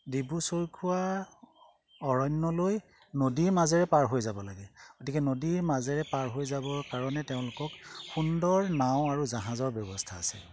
ডিব্ৰু চৈখোৱা অৰণ্যলৈ নদীৰ মাজেৰে পাৰ হৈ যাব লাগে গতিকে নদীৰ মাজেৰে পাৰ হৈ যাবৰ কাৰণে তেওঁলোকক সুন্দৰ নাও আৰু জাহাজৰ ব্যৱস্থা আছে